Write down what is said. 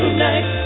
Tonight